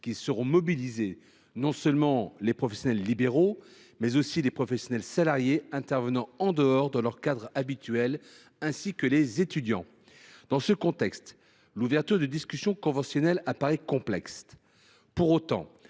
qui seront mobilisés, non seulement les professionnels libéraux, mais aussi les professionnels salariés intervenant en dehors de leur cadre habituel, ainsi que les étudiants. Dans ce contexte, l’ouverture de discussions conventionnelles apparaît complexe.